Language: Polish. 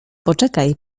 poczekaj